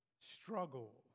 struggle